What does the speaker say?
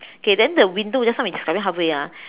okay then the window just now we describing halfway ah